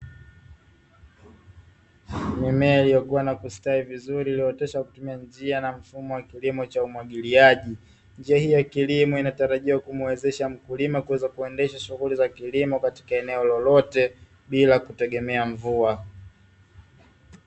Mimea iliyokua na kustawi vizuri iliyooteshwa kwa kutumia njia na mfumo wa kilimo cha umwagiliaji ,njia hii ya kilimo inatarajiwa kumwezesha mkulima kueza kuendesha shughuli za kilimo katika eneo lolote bila kutegemea mvua .